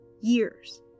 years